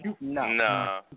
no